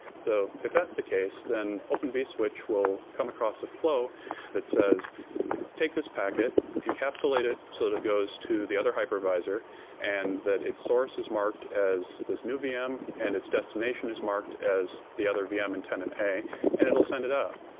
so if that's the case, then open vswitch will come across the f low that says take this packet, encapsulate it, so that it goes to the other hypervisor and that its source is marked as this new vm and its destination is marked as the other vm in tenant a and it'll send it up.